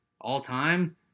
All-time